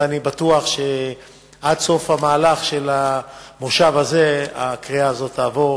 ואני בטוח שעד סוף המהלך של המושב הזה ההצעה הזאת תעבור